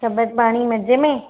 तबियतु पाणी मज़े में